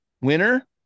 winner